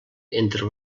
entre